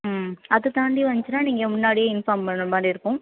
ம் அதைத்தாண்டி வந்துச்சினால் நீங்கள் முன்னாடியே இன்ஃபார்ம் பண்ணுறமாரி இருக்கும்